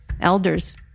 elders